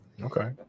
okay